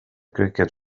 cricket